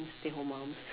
stay home mums